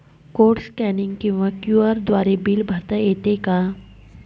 Code scanning किंवा QR द्वारे bill भरता येते का?